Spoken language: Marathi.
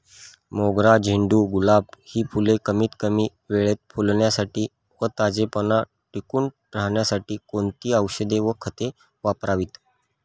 मोगरा, झेंडू, गुलाब हि फूले कमीत कमी वेळेत फुलण्यासाठी व ताजेपणा टिकून राहण्यासाठी कोणती औषधे व खते वापरावीत?